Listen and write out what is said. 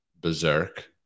berserk